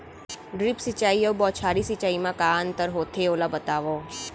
Drip सिंचाई अऊ बौछारी सिंचाई मा का अंतर होथे, ओला बतावव?